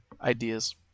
ideas